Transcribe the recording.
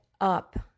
up